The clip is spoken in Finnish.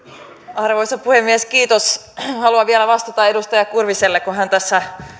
arvoisa puhemies kiitos haluan vielä vastata edustaja kurviselle kun hän tässä